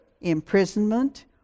imprisonment